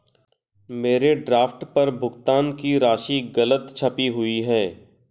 मेरे ड्राफ्ट पर भुगतान की राशि गलत छपी हुई है